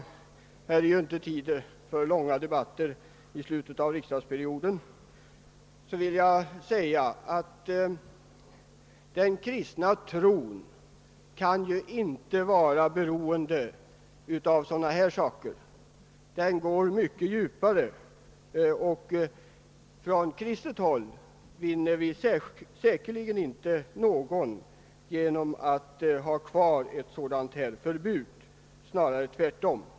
Eftersom det inte finns tid till långa debatter så här i slutet av riksdagsperioden vill jag till slut, herr talman, säga att den kristna tron inte kan vara beroende av de förhållanden vi nu diskuterar. Den går mycket djupare. Från kristen sida vinner vi säkerligen inte någon människa genom att ett sådant här nöjesförbud kvarstår.